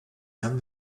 done